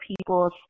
people